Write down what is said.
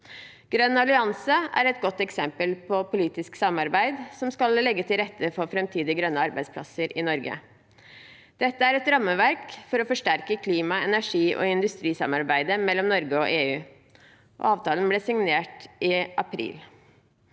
Grønn allianse er et godt eksempel på politisk samarbeid som skal legge til rette for framtidige grønne arbeidsplasser i Norge. Dette er et rammeverk for å forsterke klima-, energi- og industrisamarbeidet mellom Norge og EU. Avtalen ble signert i april.